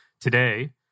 Today